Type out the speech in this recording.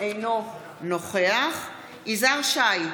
אינו נוכח יזהר שי,